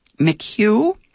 McHugh